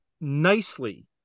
nicely